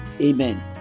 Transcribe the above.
Amen